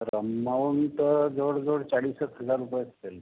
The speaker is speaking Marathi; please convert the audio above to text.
सर अमाऊंटं जवळजवळ चाळीस एक हजार रुपये असतील